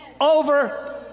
over